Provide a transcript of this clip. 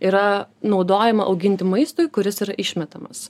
yra naudojama auginti maistui kuris yra išmetamas